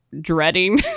dreading